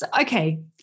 okay